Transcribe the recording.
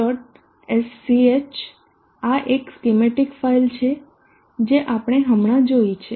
sch આ એક schematic file છે જે આપણે હમણાં જોઇ છે